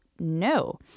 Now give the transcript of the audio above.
no